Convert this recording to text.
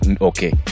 okay